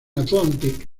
atlantic